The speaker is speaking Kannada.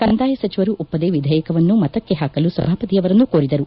ಕಂದಾಯ ಸಚಿವರು ಒಪ್ಪದೆ ವಿಧೇಯಕವನ್ನು ಮತಕ್ಕೆ ಹಾಕಲು ಸಭಾಪತಿಯವರನ್ನು ಕೋರಿದರು